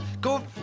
go